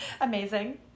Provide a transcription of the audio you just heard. Amazing